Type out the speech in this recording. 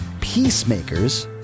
Peacemakers